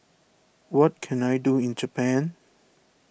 what can I do in Japan